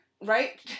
right